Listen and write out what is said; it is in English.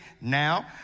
now